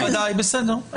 מכובדיי, בסדר.